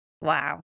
wow